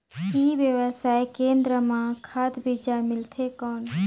ई व्यवसाय केंद्र मां खाद बीजा मिलथे कौन?